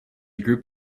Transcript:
group